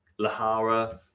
lahara